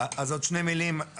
אז עוד שתי מילים.